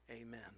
amen